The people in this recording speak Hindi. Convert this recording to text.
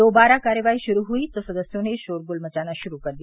दोबारा कार्यवाही शुरू हुई तो सदस्यों ने शोर गुल मचाना शुरू कर दिया